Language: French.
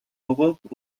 europe